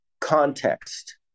context